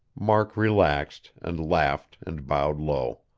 mark relaxed, and laughed and bowed low.